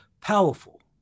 powerful